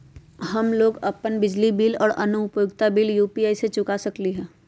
हम लोग अपन बिजली बिल और अन्य उपयोगिता बिल यू.पी.आई से चुका सकिली ह